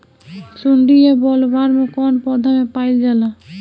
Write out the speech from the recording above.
सुंडी या बॉलवर्म कौन पौधा में पाइल जाला?